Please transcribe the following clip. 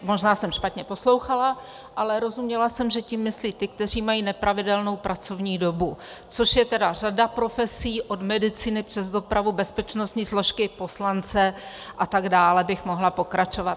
Možná jsem špatně poslouchala, ale rozuměla jsem, že tím myslí ty, kteří mají nepravidelnou pracovní dobu, což je tedy řada profesí od medicíny přes dopravu, bezpečnostní složky, poslance a tak dále mohla bych pokračovat.